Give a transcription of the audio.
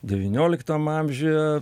devynioliktam amžiuje